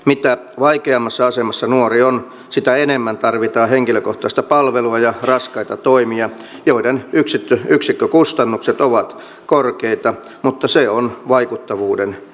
mitä vaikeammassa asemassa nuori on sitä enemmän tarvitaan henkilökohtaista palvelua ja raskaita toimia joiden yksikkökustannukset ovat korkeita mutta se on vaikuttavuuden hinta